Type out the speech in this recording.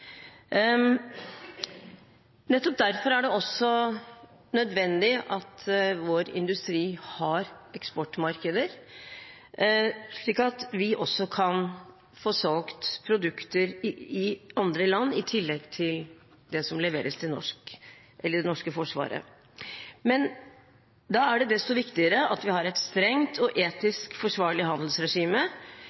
Nettopp derfor er det nødvendig at vår industri har eksportmarkeder, slik at vi kan få solgt produkter i andre land i tillegg til det som leveres til det norske forsvaret. Da er det desto viktigere at vi har et strengt og etisk forsvarlig handelsregime.